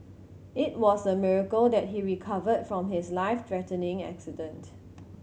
it was a miracle that he recovered from his life threatening accident